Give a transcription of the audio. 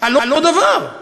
על לא דבר.